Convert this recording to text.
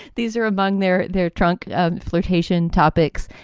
these are among there, their trunk ah flirtation topics.